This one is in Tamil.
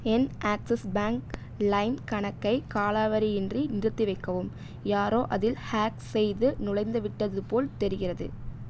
என் ஆக்ஸிஸ் பேங்க் லைம் கணக்கை காலவரையின்றி நிறுத்திவைக்கவும் யாரோ அதில் ஹேக் செய்து நுழைந்துவிட்டது போல் தெரிகிறது